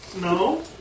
No